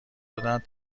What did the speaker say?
دادهاند